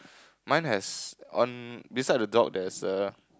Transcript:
mine has on beside the dog there's a